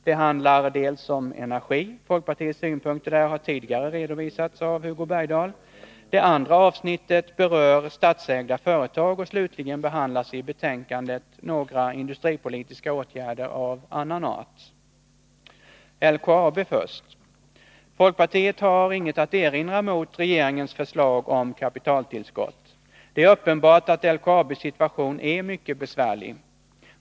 Det handlar om energi. Folkpartiets synpunkter där har tidigare redovisats av Hugo Bergdahl. Det andra avsnittet berör statsägda företag, och slutligen behandlas i betänkandet några industripolitiska åtgärder av annan art. LKAB först: Folkpartiet har inget att erinra mot regeringens förslag om kapitaltillskott. Det är uppenbart att LKAB:s situation är mycket besvärlig.